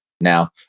Now